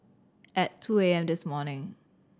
at two A M this morning